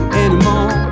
anymore